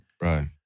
Right